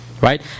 right